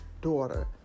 daughter